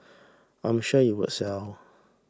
I'm sure it will sell